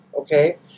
okay